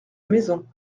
maison